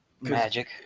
magic